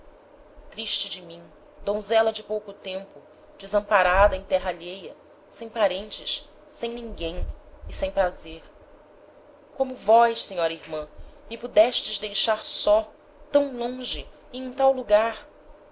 triste de mim donzela de pouco tempo desamparada em terra alheia sem parentes sem ninguem e sem prazer como vós senhora irman me pudestes deixar só tam longe e em tal lugar